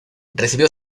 recibió